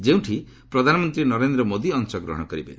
ଯେଉଁଠି ପ୍ରଧାନମନ୍ତ୍ରୀ ନରେନ୍ଦ୍ର ମୋଦୀ ଅଂଶଗ୍ରହଣ କରିବେ